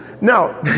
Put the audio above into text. Now